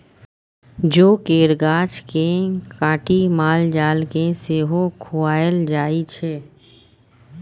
जौ केर गाछ केँ काटि माल जाल केँ सेहो खुआएल जाइ छै